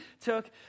took